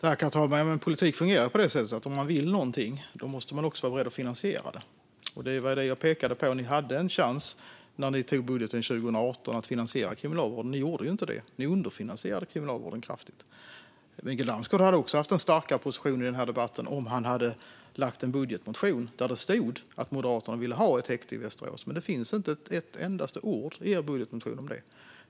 Herr talman! Politik fungerar på det sättet att om man vill något måste man vara beredd att finansiera det. Det var detta jag pekade på, Mikael Damsgaard. Ni hade en chans i budgeten 2018 att finansiera Kriminalvården. Men det gjorde ni inte, utan ni underfinansierade Kriminalvården kraftigt. Mikael Damsgaard hade haft en starkare position i denna debatt om han hade väckt en budgetmotion där det stod att Moderaterna vill ha ett häkte i Västerås, men det finns inte ett enda ord i Moderaternas budgetmotion om detta.